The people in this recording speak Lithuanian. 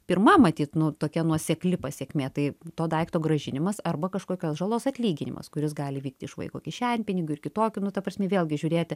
pirma matyt nu tokia nuosekli pasekmė tai to daikto grąžinimas arba kažkokios žalos atlyginimas kuris gali vykti iš vaiko kišenpinigių ir kitokių nu ta prasme vėlgi žiūrėti